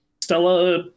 Stella